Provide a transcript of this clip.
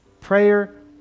prayer